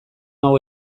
hau